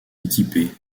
équipés